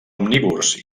omnívors